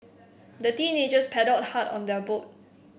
the teenagers paddled hard on their boat